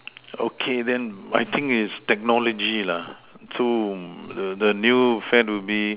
okay then I think is technology lah so the the new fad will be